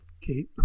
Kate